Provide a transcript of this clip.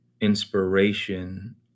inspiration